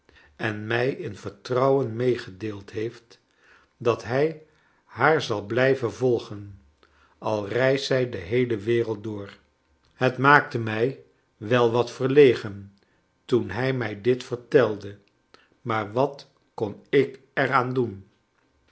en mij in vertrouwen meegedeeld heeft dat hij haar zal blijven volgen al reist zij de geheele wereld door het maakte mij wel wat verlegen toen hij mij dit vertelde maar wat kon ik er aan doen